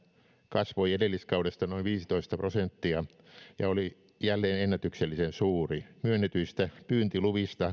kasvoi edelliskaudesta noin viisitoista prosenttia ja oli jälleen ennätyksellisen suuri myönnetyistä pyyntiluvista